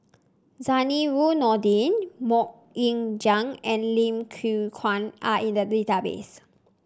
Zainudin Nordin MoK Ying Jang and Lim Yew Kuan are in the database